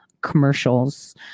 commercials